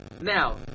Now